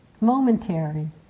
Momentary